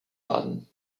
pardon